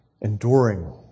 enduring